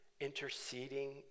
interceding